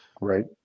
Right